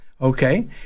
okay